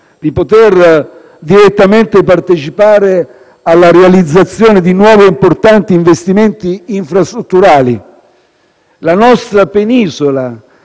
di poter direttamente partecipare alla realizzazione di nuovi e importanti investimenti infrastrutturali. La nostra penisola,